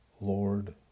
Lord